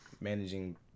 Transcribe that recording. Managing